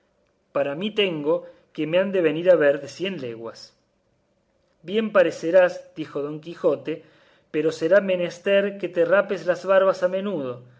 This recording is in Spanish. para mí tengo que me han de venir a ver de cien leguas bien parecerás dijo don quijote pero será menester que te rapes las barbas a menudo